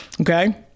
okay